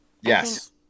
Yes